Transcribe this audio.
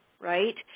right